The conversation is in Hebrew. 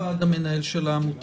מי חברי הוועד המנהל של העמותה?